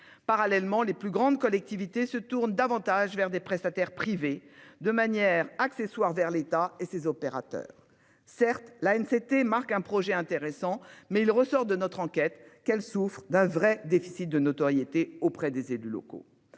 Parallèlement, les plus grandes collectivités se tournent davantage vers des prestataires privés de manière accessoire vers l'État et ses opérateurs. Certes la NTT marque un projet intéressant, mais il ressort de notre enquête, qu'elle souffre d'un vrai déficit de notoriété auprès des élus locaux.